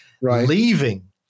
leaving